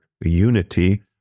unity